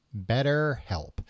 BetterHelp